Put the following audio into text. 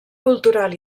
cultural